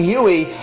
Huey